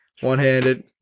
one-handed